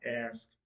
ask